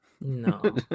No